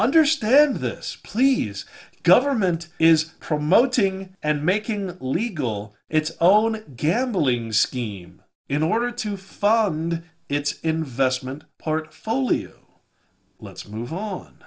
understand this please government is promoting and making legal its own gambling scheme in order to fund its investment portfolio let's move on